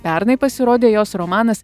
pernai pasirodė jos romanas